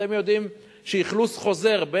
אתם יודעים שאכלוס חוזר,